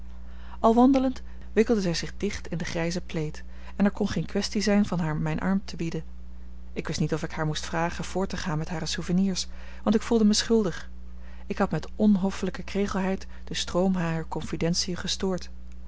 al wandelend wikkelde zij zich dicht in de grijze plaid en er kon geen kwestie zijn van haar mijn arm te bieden ik wist niet of ik haar moest vragen voort te gaan met hare souvenirs want ik voelde mij schuldig ik had met onhoffelijke kregelheid den stroom harer confidentiën gestoord